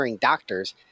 doctors